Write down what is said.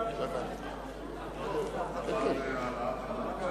עסקה ועל יבוא טובין) (הוראת שעה) (תיקון),